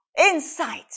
insight